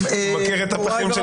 הוא מכיר את הפחים שלי כבר הרבה שנים.